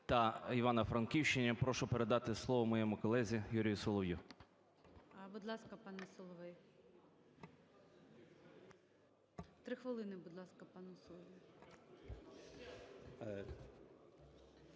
З хвилини, будь ласка, пану Солов'ю.